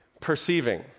Perceiving